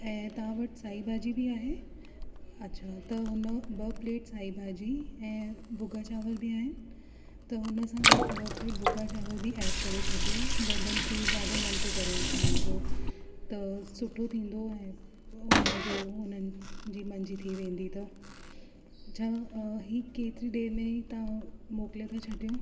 ऐं तव्हां वटि साई भाॼी बि आहे अच्छा त हुन ॿ प्लेट साई भाॼी ऐं भुॻा चांवर बि आहिनि त हुन सां गॾु ॿ प्लेट भुॻा चांवर बि एड करे छॾियो वॾनि खे ॾाढो मन थो करे उहे खाइण जो त सुठो थींदो ऐं हुन जो हुननि जी मन जी थी वेंदी त छा इहा केतरी देर में तव्हां मोकिले था छॾियो